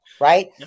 right